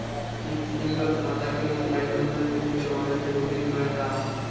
ATM बर खाता ले मुबाइल नम्बर लिंक करवाना ज़रूरी हवय का?